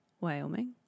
Wyoming